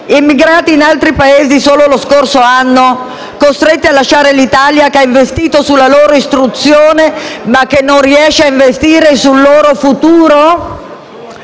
emigrati in altri Paesi solo lo scorso anno, costretti a lasciare l'Italia, che ha investito sulla loro istruzione, ma che non riesce a investire sul loro futuro?